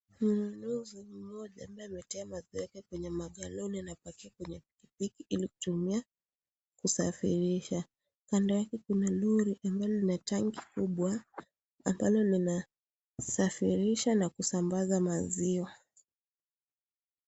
Mwanalori mmoja ambaye ametoka maziwa yake kwenye magaloni anapakia kwenye piki piki ili kutumia kusafirisha. Kando yake kuna lori ambayo lina tanki kubwa ambalo linasafirisha na kusambaza maziwa.